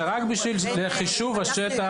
זה חישוב השטח.